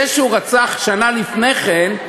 זה שהוא רצח שנה לפני כן,